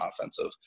offensive